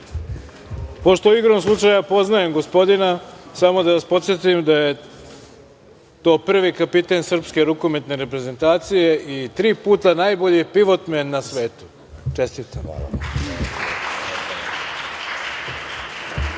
igrom slučaja, poznajem gospodina, samo da vas podsetim da je to prvi kapiten srpske rukometne reprezentacije i tri puta najbolji pivotmen na svetu. Čestitam! Nastavljamo